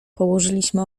położyliśmy